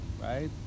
right